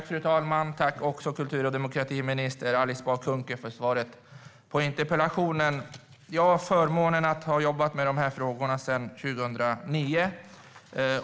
Fru talman! Jag tackar kultur och demokratiminister Alice Bah Kuhnke för svaret på interpellationen. Jag har haft förmånen att arbeta med dessa frågor sedan 2009.